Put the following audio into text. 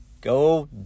go